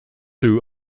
two